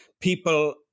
people